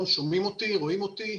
רואים אותי?